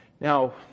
Now